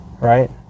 right